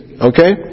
Okay